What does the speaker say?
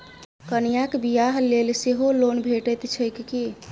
कन्याक बियाह लेल सेहो लोन भेटैत छैक की?